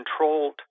controlled